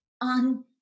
on